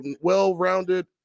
well-rounded